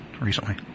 recently